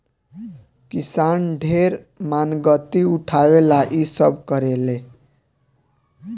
किसान ढेर मानगती उठावे ला इ सब करेले